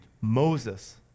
Moses